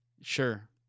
Sure